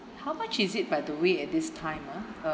how much is it by the way at this time ah